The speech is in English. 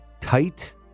Tight